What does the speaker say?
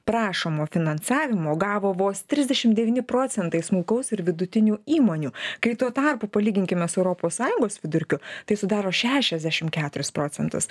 prašomo finansavimo gavo vos trisdešim devyni procentai smulkaus ir vidutinių įmonių kai tuo tarpu palyginkime su europos sąjungos vidurkiu tai sudaro šešiasdešim keturis procentus